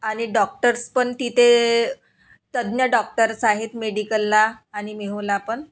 आणि डॉक्टर्स पण तिथे तज्ञ डॉक्टर्स आहेत मेडिकलला आणि मेहोला पण